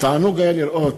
תענוג היה לראות,